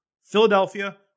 Philadelphia